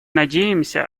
надеемся